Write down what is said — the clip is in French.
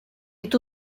est